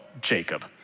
Jacob